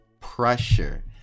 Pressure